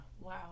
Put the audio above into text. Wow